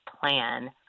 plan